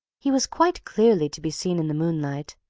he was quite clearly to be seen in the moonlight.